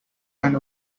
and